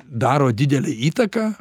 daro didelę įtaką